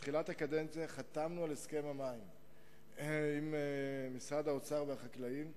בתחילת הקדנציה חתמנו על הסכם המים עם משרד האוצר והחקלאים.